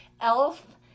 elf